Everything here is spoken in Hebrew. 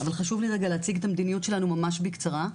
אבל חשוב לי רגע להציג את המדיניות שלנו ממש בקצרה,